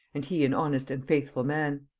and he an honest and faithful man.